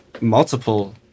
multiple